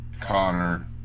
Connor